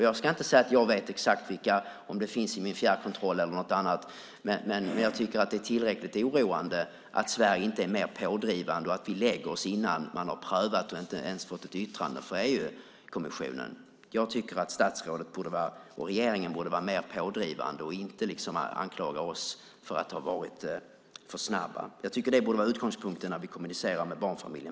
Jag ska inte säga att jag vet exakt om det finns i min fjärrkontroll eller något annat, men jag tycker att det är tillräckligt oroande att Sverige inte är mer pådrivande och att vi lägger oss innan man har prövat det och inte ens har fått ett yttrande från EU-kommissionen. Jag tycker att statsrådet och regeringen borde vara mer pådrivande och inte anklaga oss för att ha varit för snabba. Det borde vara utgångspunkten för oss båda två när vi kommunicerar med barnfamiljen.